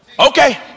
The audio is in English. okay